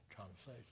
conversation